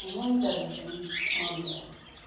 हुन्छ दाजु हुन्छ हजुर